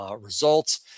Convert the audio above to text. Results